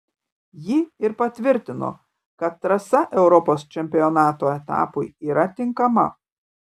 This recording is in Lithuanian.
ji ir patvirtino kad trasa europos čempionato etapui yra tinkama